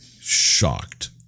shocked